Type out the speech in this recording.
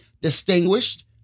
distinguished